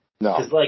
No